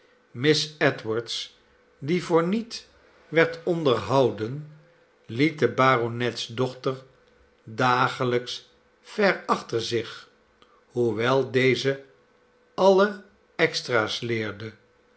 miss edwards die voorniet werd onderhouden liet debar onetsdochter dagelijks ver achter zich hoewel deze alle extra's leerde